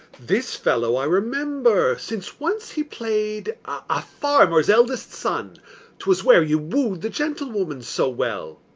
this fellow i remember since once he play'd a farmer's eldest son twas where you woo'd the gentlewoman so well.